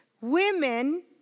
women